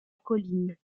colline